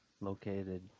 located